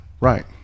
Right